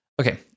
Okay